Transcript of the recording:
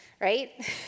right